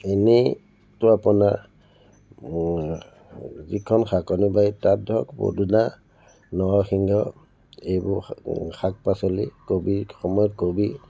এনেইতো আপোনাৰ যিখন শাকনি বাৰী তাত ধৰক পদুনা নৰসিংহ এইবোৰ শাক পাচলি কবিৰ সময়ত কবি